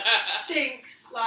stinks